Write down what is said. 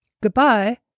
Goodbye